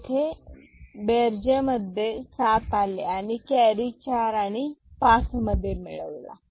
येथे बेरजेचे मध्ये सात आले आणि कॅरी चार आणि पाच मध्ये मिळवला